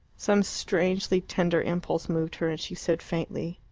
some strangely tender impulse moved her, and she said faintly,